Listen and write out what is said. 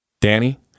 Danny